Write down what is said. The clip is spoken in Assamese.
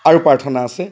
আৰু প্ৰাৰ্থনা আছে